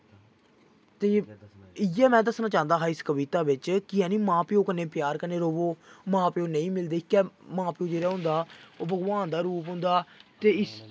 ते इ'यै मैं दस्सना चाह्ंदा हा इस कविता बिच्च कि जानी मां प्यो कन्नै प्यार कन्नै र'वो मां प्यो नेईं मिलदे इक्कै मां प्यो जेह्ड़ा होंदा ओहे भगवान दा रूप होंदा ते इस